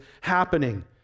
happening